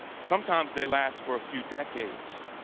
sometimes they last for a few decades,